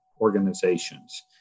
organizations